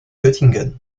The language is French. göttingen